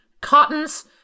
cottons